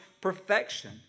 perfection